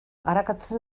arakatzen